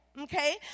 Okay